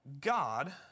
God